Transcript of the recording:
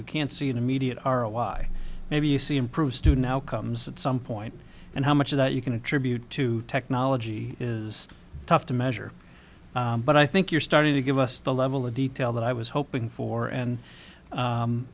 you can't see an immediate are a why maybe you see improve student how comes at some point and how much of that you can attribute to technology is tough to measure but i think you're starting to give us the level of detail that i was hoping for and